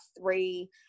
three